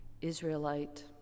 Israelite